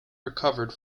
recovered